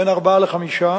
בין ארבעה לחמישה,